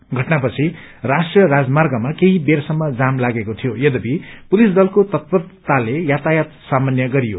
षटनापछि राष्ट्रीय राजमार्गमा केही बेरसम्म जाम लागेको थियो यद्यपि पुलिस दलको तत्परताले यातायात सामान्य गराइयो